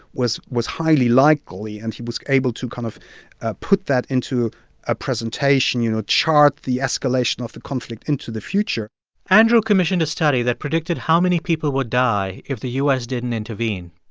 was was highly likely. and he was able to kind of put that into a presentation, you know, chart the escalation of the conflict into the future andrew commissioned a study that predicted how many people would die if the u s. didn't intervene.